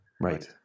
right